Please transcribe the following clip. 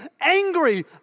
angry